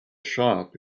shop